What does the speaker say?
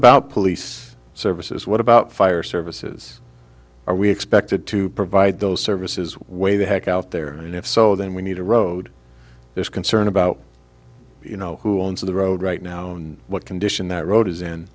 about police services what about fire services are we expected to provide those services way the heck out there and if so then we need a road there's concern about you know who owns the road right now what condition that road is in